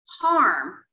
harm